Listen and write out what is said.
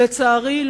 לצערי,